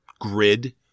grid